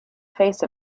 face